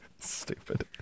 stupid